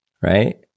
right